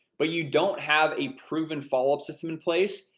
but you don't have a proven follow up system in place,